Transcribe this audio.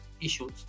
issues